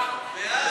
להצביע, ובעד.